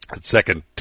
second